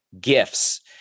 gifts